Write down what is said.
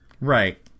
Right